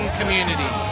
community